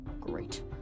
great